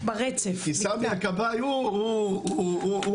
כי סמי הכבאי הוא המיוחד.